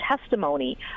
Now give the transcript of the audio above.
testimony